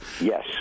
Yes